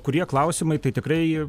kurie klausimai tai tikrai